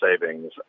savings